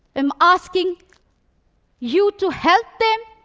i'm asking you to help them,